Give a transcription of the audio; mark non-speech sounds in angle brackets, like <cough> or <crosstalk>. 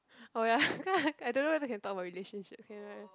oh ya <laughs> I don't know whether can talk about relationships can right